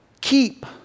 keep